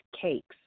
cakes